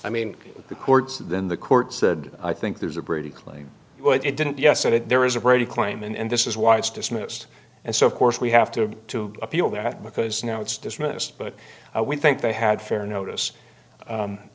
i mean the courts than the court said i think there's a brady claim it didn't yes i did there is a brady claim and this is why it's dismissed and so of course we have to appeal that because now it's dismissed but we think they had fair notice